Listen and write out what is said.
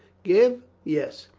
give? yes.